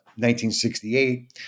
1968